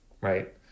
right